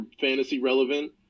fantasy-relevant